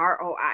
ROI